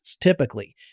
typically